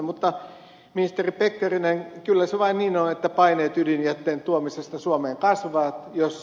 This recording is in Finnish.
mutta ministeri pekkarinen kyllä se vain niin on että paineet ydinjätteen tuomisesta suomeen kasvavat jos e